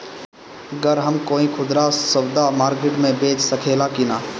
गर हम कोई खुदरा सवदा मारकेट मे बेच सखेला कि न?